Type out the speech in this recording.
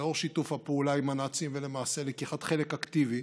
לנוכח שיתוף הפעולה עם הנאצים ולמעשה לקיחת חלק אקטיבי,